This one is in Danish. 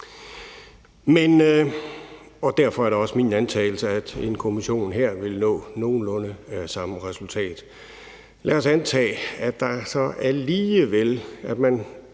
Derfor er det også min antagelse, at en kommission her ville nå nogenlunde samme resultat. Lad os antage, at man så alligevel når